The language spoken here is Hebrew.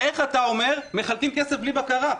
איך אתה אומר: מחלקים כסף בלי בקרה?